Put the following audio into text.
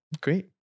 Great